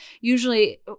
usually